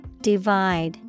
Divide